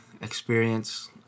experience